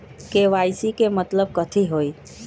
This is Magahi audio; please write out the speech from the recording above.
के.वाई.सी के मतलब कथी होई?